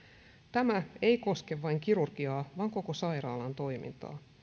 tämä ei koske vain kirurgiaa vaan koko sairaalan toimintaa